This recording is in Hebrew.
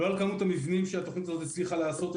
לא על כמות המבנים שהתוכנית הזאת הצליחה לעשות,